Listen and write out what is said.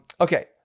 Okay